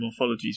morphologies